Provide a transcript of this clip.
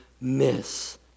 miss